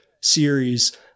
series